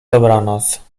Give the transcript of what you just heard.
dobranoc